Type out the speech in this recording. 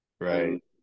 Right